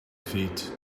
feet